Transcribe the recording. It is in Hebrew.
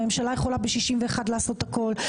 הממשלה יכולה ב-61 לעשות הכול,